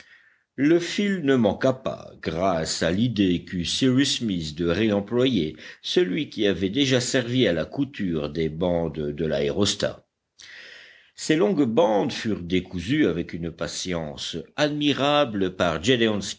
le fil ne manqua pas grâce à l'idée qu'eut cyrus smith de réemployer celui qui avait déjà servi à la couture des bandes de l'aérostat ces longues bandes furent décousues avec une patience admirable par